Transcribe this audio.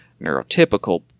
neurotypical